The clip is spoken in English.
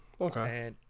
Okay